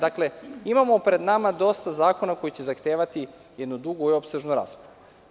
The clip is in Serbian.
Dakle, imamo pred nama dosta zakona koji će zahtevati jednu dugu i opsežnu raspravu.